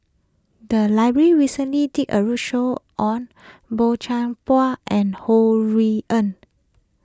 the library recently did a roadshow on Boey Chuan Poh and Ho Rui An